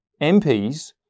MPs